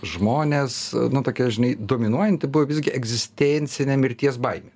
žmonės nu tokia žinai dominuojanti buvo visgi egzistencinė mirties baimė